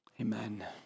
Amen